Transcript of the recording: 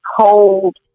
cold